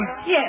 Yes